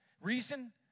reason